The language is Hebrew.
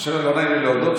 לא נעים לי להודות,